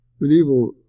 medieval